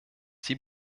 sie